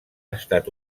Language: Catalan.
estat